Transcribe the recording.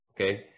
Okay